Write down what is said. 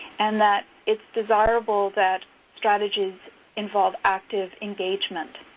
and that if desirable, that strategies involve active engagement.